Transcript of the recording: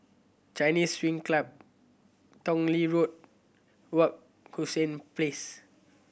Chinese Swimming Club Tong Lee Road Wak Hassan Place